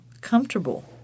comfortable